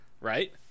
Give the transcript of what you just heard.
right